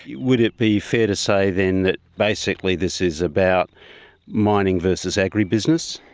would it be fair to say then that basically this is about mining versus agribusiness?